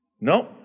No